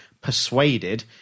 persuaded